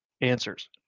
answers